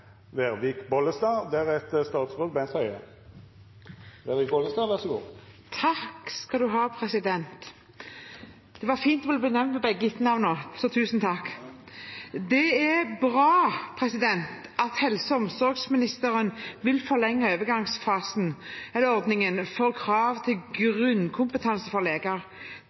Vervik Bollestad. Takk skal du ha, president. Det var fint å bli nevnt med begge etternavnene, så tusen takk. Det er bra at helse- og omsorgsministeren vil forlenge overgangsordningen for krav til grunnkompetanse for leger. Det er bra at krav til bakvakt med utrykningsplikt for leger